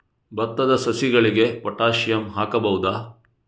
ಭತ್ತದ ಸಸಿಗಳಿಗೆ ಪೊಟ್ಯಾಸಿಯಂ ಹಾಕಬಹುದಾ?